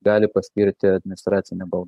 gali paskirti administracinę baudą